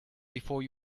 before